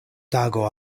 tago